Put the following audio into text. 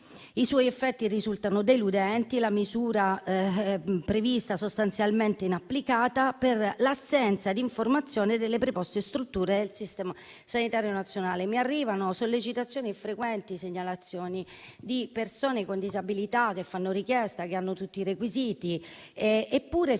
i suoi effetti risultano deludenti e la misura prevista è sostanzialmente inapplicata per l'assenza d'informazione delle preposte strutture del Servizio sanitario nazionale. Mi arrivano sollecitazioni e frequenti segnalazioni di persone con disabilità che fanno richiesta, che hanno tutti i requisiti, ma si